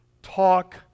talk